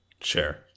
Sure